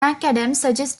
suggested